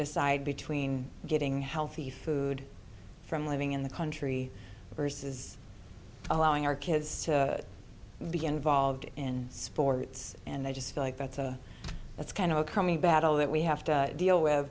decide between getting healthy food from living in the country versus allowing our kids to be involved in sports and i just feel like that's a that's kind of a coming battle that we have to deal with